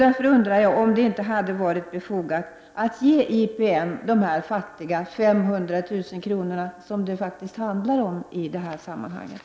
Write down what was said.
Därför undrar jag om det inte hade varit befogat att ge IPM de fattiga 500 000 kronor som det faktiskt handlar om i sammanhanget.